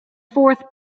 fourth